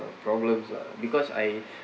problems lah because I